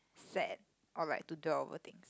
sad or like to dwell over things